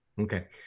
Okay